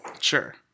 Sure